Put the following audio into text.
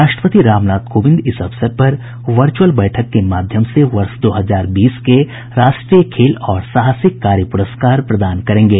राष्ट्रपति राम नाथ कोविंद इस अवसर पर वर्च्रअल बैठक के माध्यम से वर्ष दो हजार बीस के राष्ट्रीय खेल और साहसिक कार्य पुरस्कार प्रदान करेंगें